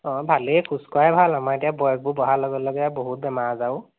অ ভালে খোজকঢ়াই ভাল আমাৰ এতিয়া বয়সবোৰ বঢ়াৰ লগে লগে লগে বহুত বেমাৰ আজাৰ অ'